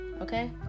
okay